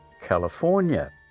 California